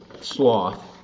Sloth